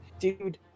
dude